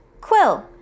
Quill